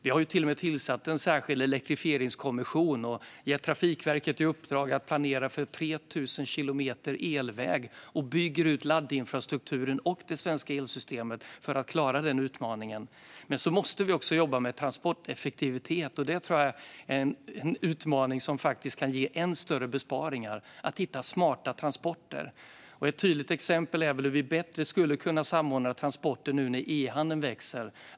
Vi har till och med tillsatt en särskild elektrifieringskommission och gett Trafikverket i uppdrag att planera för 3 000 kilometer elväg. Vi bygger även ut laddinfrastrukturen och det svenska elsystemet för att klara denna utmaning. Vi måste också jobba med transporteffektivitet. Det tror jag är en utmaning som kan ge än större besparingar genom att man hittar smarta transporter. Ett tydligt exempel på detta är hur vi bättre skulle kunna samordna transporter när nu e-handeln ökar.